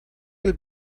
will